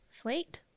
Sweet